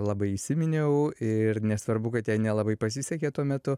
labai įsiminiau ir nesvarbu kad jai nelabai pasisekė tuo metu